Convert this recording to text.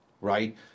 right